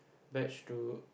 batch to